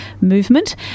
movement